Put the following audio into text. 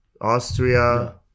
austria